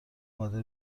قادر